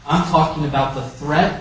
i'm talking about the threat